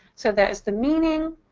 so that is the meaning,